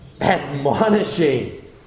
admonishing